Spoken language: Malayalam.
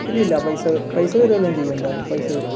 ഇല്ലില്ല പൈസ പൈസ വരും എല്ലാം ചെയ്യും എന്തായാലും പൈസ വരും